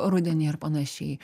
rudenį ar panašiai